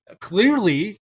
clearly